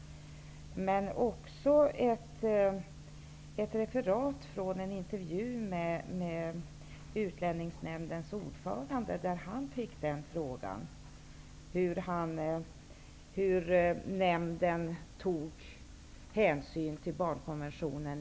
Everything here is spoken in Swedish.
Jag har också läst ett referat från en intervju med Utlänningsnämndens ordförande där han fick frågan om hur nämnden i sina bedömningar tog hänsyn till barnkonventionen.